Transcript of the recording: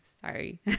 Sorry